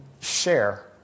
share